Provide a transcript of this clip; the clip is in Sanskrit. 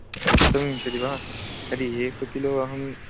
सप्तविंशतिः वा तर्हि एकं किलो अहं